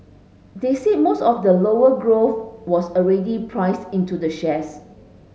they said most of the lower growth was already priced into the shares